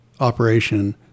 operation